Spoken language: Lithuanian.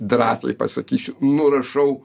drąsiai pasakysiu nurašau